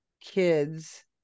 kids